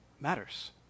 matters